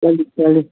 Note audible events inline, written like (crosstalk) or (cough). (unintelligible)